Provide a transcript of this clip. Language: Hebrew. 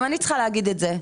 גם אני צריכה להגיד את זה.